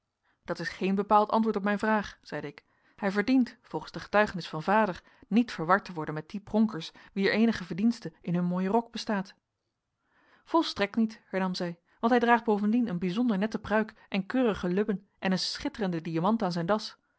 dat is geen bepaald antwoord op mijn vraag zeide ik hij verdient volgens de getuigenis van vader niet verward te worden met die pronkers wier eenige verdiensten in hun mooien rok bestaat volstrekt niet hernam zij want hij draagt bovendien een bijzonder nette pruik en keurige lubben en een schitterenden diamant aan zijn das